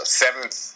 seventh